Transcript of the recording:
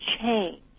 change